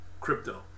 crypto